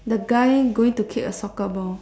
the guy going to kick a soccer ball